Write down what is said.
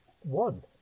one